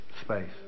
space